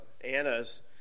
Anna's